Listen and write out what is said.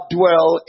dwell